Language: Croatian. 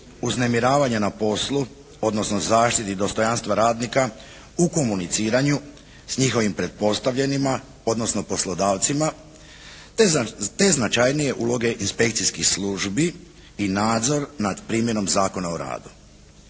uznemiravanje na poslu, odnosno zaštiti dostojanstva radnika u komuniciranju s njihovim pretpostavljenima, odnosno poslodavcima te značajnije uloge inspekcijskih službi i nadzor nad primjenom Zakona o radu.